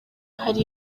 hari